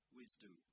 wisdom